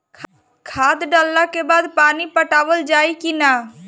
खाद डलला के बाद पानी पाटावाल जाई कि न?